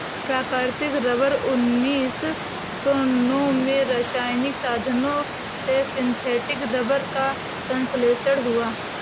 प्राकृतिक रबर उन्नीस सौ नौ में रासायनिक साधनों से सिंथेटिक रबर का संश्लेषण हुआ